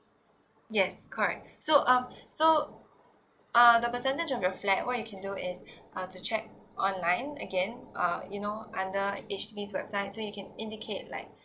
yes correct so um so uh the percentage of your flat what you can do is uh to check online again uh you know under H_D_B websites so you can indicate like